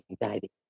anxiety